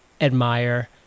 admire